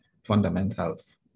fundamentals